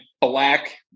black